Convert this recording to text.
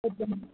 ஓகேம்மா